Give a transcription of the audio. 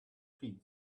piece